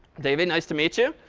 davey. nice to meet you.